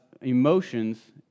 emotions